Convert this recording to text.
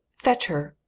fetch her!